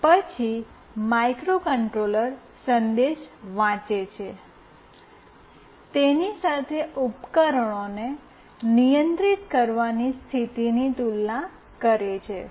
પછી માઇક્રોકન્ટ્રોલર સંદેશ વાંચે છે તેની સાથે ઉપકરણોને નિયંત્રિત કરવાની સ્થિતિની તુલના કરે છે